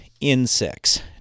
insects